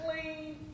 Clean